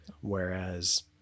Whereas